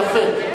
יפה.